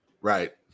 right